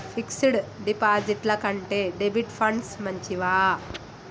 Fix డ్ డిపాజిట్ల కంటే డెబిట్ ఫండ్స్ మంచివా?